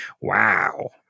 Wow